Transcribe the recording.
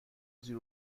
زیر